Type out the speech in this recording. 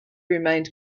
remained